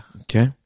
Okay